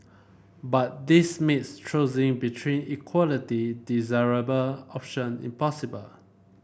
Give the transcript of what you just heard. but this makes choosing between equality desirable option impossible